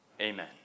Amen